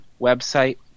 website